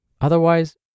Otherwise